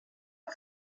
que